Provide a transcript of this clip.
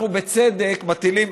אנחנו בצדק מטילים,